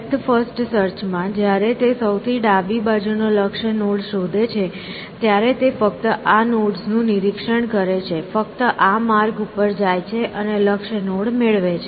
depth first search માં જ્યારે તે સૌથી ડાબી બાજુ નો લક્ષ્ય નોડ શોધે છે ત્યારે તે ફક્ત આ નોડ્સનું નિરીક્ષણ કરે છે ફક્ત આ માર્ગ પર જાય છે અને લક્ષ્ય નોડ મેળવે છે